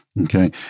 Okay